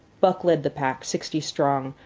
buck led the pack, sixty strong,